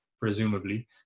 presumably